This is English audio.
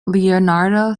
leonardo